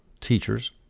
teachers